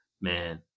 man